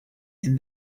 and